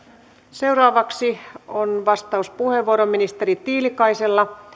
seuraavaksi on vastauspuheenvuoro ministeri tiilikaisella